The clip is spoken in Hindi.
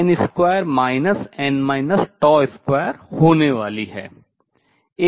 जो h28mL21hn2 n τ2 होने वाली है